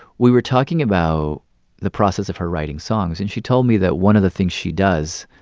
we were talking about the process of her writing songs, and she told me that one of the things she does